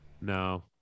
No